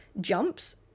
jumps